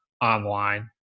online